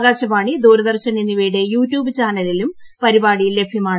ആകാശവാണി ദൂരദർശൻ എന്നിവയുടെ യൂട്യൂബ് ചാനലിലും പരിപാടി ലഭ്യമാണ്